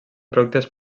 productes